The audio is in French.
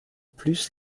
plus